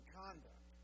conduct